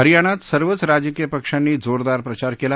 हरियाणात सर्वच राजकीय पक्षांनी जोरदार प्रचार केला